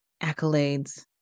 accolades